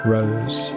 Rose